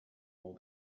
all